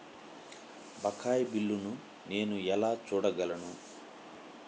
బకాయి బిల్లును నేను ఎలా చూడగలను?